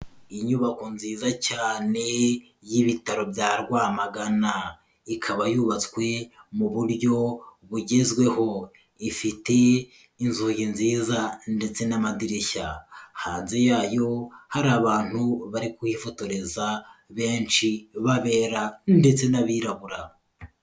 Inyubako nziza cyane y'Ibitaro bya Rwamagana, ikaba yubatswe mu buryo bugezweho, ifite inzugi nziza ndetse n'amadirishya, hanze yayo hari abantu bari kuhifotoreza benshi b'abera ndetse n'abirabura.